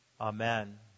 Amen